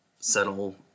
settle